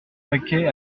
paquet